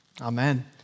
Amen